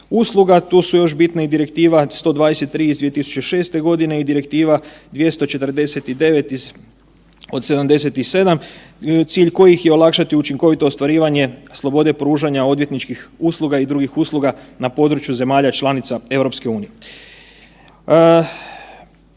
Tu su još bitne i Direktiva 123/2006 i Direktiva 249/77 cilj kojih je olakšati učinkovito ostvarivanje slobode pružanja odvjetničkih usluga i drugih usluga na području zemalja članica EU.